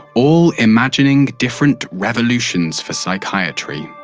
all imagining different revolutions for psychiatry.